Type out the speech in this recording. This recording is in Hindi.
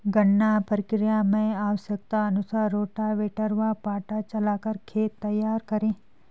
गन्ना प्रक्रिया मैं आवश्यकता अनुसार रोटावेटर व पाटा चलाकर खेत तैयार करें